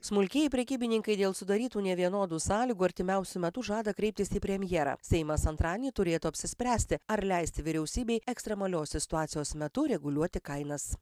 smulkieji prekybininkai dėl sudarytų nevienodų sąlygų artimiausiu metu žada kreiptis į premjerą seimas antradienį turėtų apsispręsti ar leisti vyriausybei ekstremalios situacijos metu reguliuoti kainas